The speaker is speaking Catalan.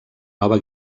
nova